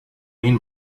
mean